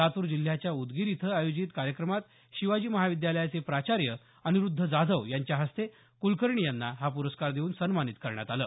लातूर जिल्ह्याच्या उदगीर इथं आयोजित कार्यक्रमात शिवाजी महाविद्यालयाचे प्राचार्य अनिरुध्द जाधव यांच्या हस्ते कुलकर्णी यांना हा पुरस्कार देऊन सन्मानित करण्यात आलं